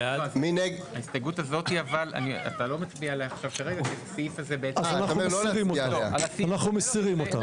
אתה לא מצביע על ההסתייגות הזו עכשיו --- אנחנו מסירים אותה.